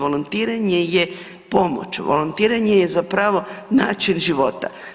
Volontiranje je pomoć, volontiranje je zapravo način života.